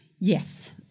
Yes